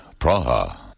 Praha